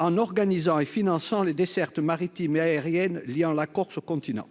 en organisant et finançant les dessertes maritimes et aériennes liant la Corse continent.